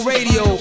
Radio